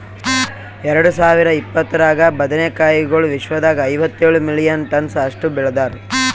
ಎರಡು ಸಾವಿರ ಇಪ್ಪತ್ತರಾಗ ಬದನೆ ಕಾಯಿಗೊಳ್ ವಿಶ್ವದಾಗ್ ಐವತ್ತೇಳು ಮಿಲಿಯನ್ ಟನ್ಸ್ ಅಷ್ಟು ಬೆಳದಾರ್